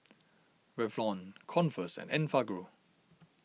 Revlon Converse and Enfagrow